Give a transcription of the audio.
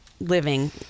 living